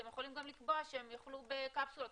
אתם יכולים גם לקבוע שהם יאכלו בקפסולות.